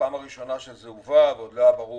שבפעם הראשונה שזה הובא, ועוד לא היה ברור